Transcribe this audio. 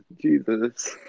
Jesus